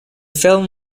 film